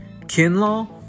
Kinlaw